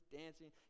dancing